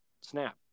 snap